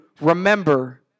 remember